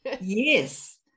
yes